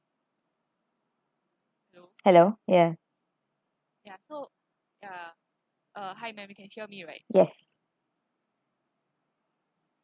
hello ya yes